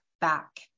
back